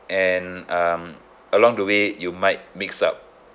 and um along the way you might mix up